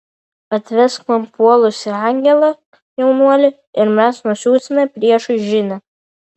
atvesk man puolusį angelą jaunuoli ir mes nusiųsime priešui žinią